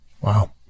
Wow